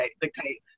dictate